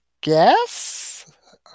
guess